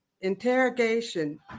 interrogation